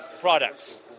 products